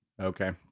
Okay